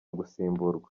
gusimburwa